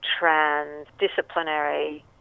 transdisciplinary